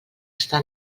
està